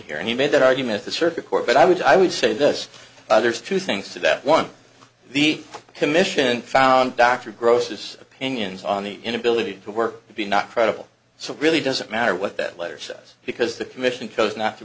here and he made that argument the circuit court but i would i would say this there's two things to that one the commission found dr gross's opinions on the inability to work to be not credible so it really doesn't matter what that letter says because the commission because not to